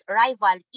rival